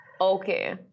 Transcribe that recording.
Okay